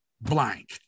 blank